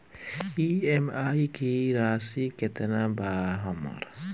EMI की राशि केतना बा हमर?